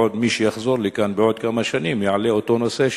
ועוד מי שיחזור לכאן בעוד כמה שנים יעלה את אותו נושא,